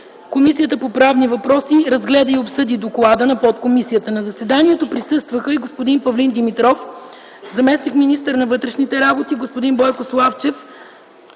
Комисията по правни въпроси разгледа и обсъди доклад за дейността на подкомисията. На заседанието присъстваха господин Павлин Димитров – заместник-министър на вътрешните работи, господин Бойко Славчев